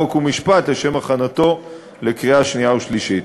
חוק ומשפט לשם הכנתו לקריאה שנייה ושלישית.